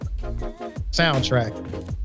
soundtrack